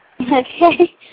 Okay